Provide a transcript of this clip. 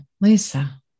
Lisa